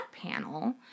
panel